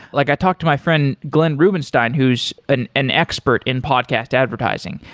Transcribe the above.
like i talked to my friend, glenn rubinstein, who's an an expert in podcast advertising,